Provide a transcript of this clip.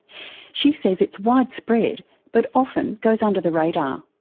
she says it's widespread but often goes under the radar.